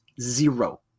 zero